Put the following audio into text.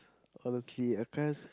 honestly cause